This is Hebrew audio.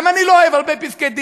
גם אני לא אוהב הרבה פסקי-דין,